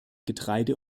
getreide